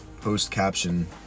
post-caption